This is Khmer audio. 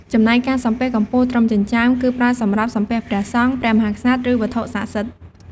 ចំណែកការសំពះកម្ពស់ត្រឹមចិញ្ចើម គឺគេប្រើសម្រាប់សំពះព្រះសង្ឃ ព្រះមហាក្សត្រ ឬវត្ថុស័ក្តិសិទ្ធិ។